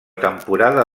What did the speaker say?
temporada